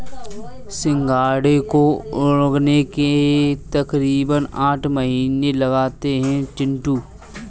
सिंघाड़े को उगने में तकरीबन आठ महीने लगते हैं चिंटू